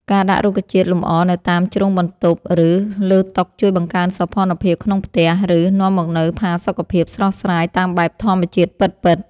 ការដាក់រុក្ខជាតិលម្អនៅតាមជ្រុងបន្ទប់ឬលើតុជួយបង្កើនសោភ័ណភាពក្នុងផ្ទះ និង នាំមកនូវផាសុកភាពស្រស់ស្រាយតាមបែបធម្មជាតិពិតៗ។